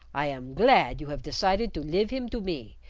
i am glad you have decided to live him to me,